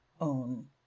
own